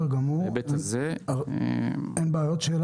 אני יודע שאני